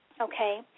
okay